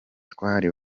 twari